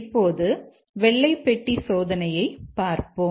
இப்போது வெள்ளை பெட்டி சோதனையைப் பார்ப்போம்